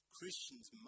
Christians